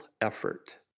effort